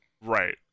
Right